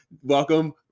Welcome